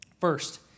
First